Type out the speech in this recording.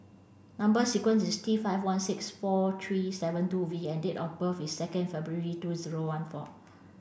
number sequence is T five one six four three seven two V and date of birth is second February two zero one four